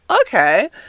okay